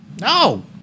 No